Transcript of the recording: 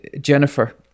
Jennifer